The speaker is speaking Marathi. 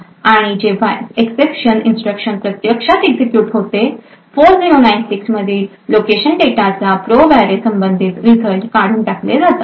आणि जेव्हा एक्सेप्शन इन्स्ट्रक्शन प्रत्यक्षात एक्झिक्युट होते 4096 मधील लोकेशन डेटाच्या प्रोब अॅरे संबंधित रिझल्ट काढून टाकले जातात